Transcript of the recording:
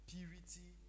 Purity